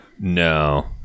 No